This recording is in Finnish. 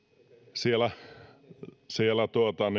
siellä siellä